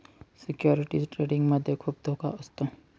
securities trading मध्ये खुप धोका असतो